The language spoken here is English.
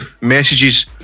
messages